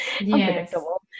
unpredictable